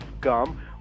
gum